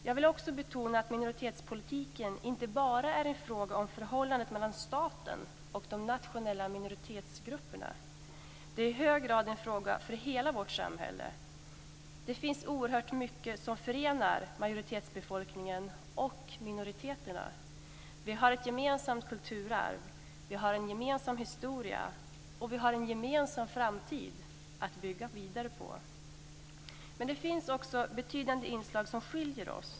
Jag vill också betona att minoritetspolitiken inte bara är en fråga om förhållandet mellan staten och de nationella minoritetsgrupperna. Det är i hög grad en fråga för hela vårt samhälle. Det finns oerhört mycket som förenar majoritetsbefolkningen och minoriteterna. Vi har ett gemensamt kulturarv, vi har en gemensam historia och vi har en gemensam framtid att bygga vidare på. Men det finns också betydande inslag som skiljer oss.